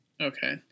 Okay